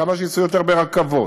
ככל שייסעו יותר ברכבות,